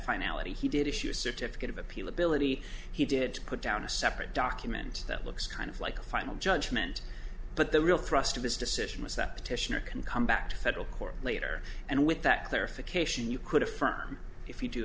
finality he did issue a certificate of appeal ability he did put down a separate document that looks kind of like a final judgment but the real thrust of his decision was that petitioner can come back to federal court later and with that clarification you could affirm if you do